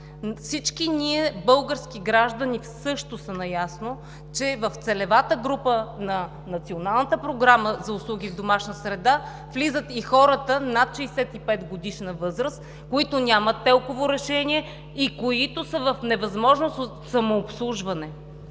Всички ние, българските граждани също са наясно, че в целевата група на Националната програма за услуги в домашна среда влизат и хората над 65-годишна възраст, които нямат ТЕЛК-ово решение и които са в невъзможност за самообслужване.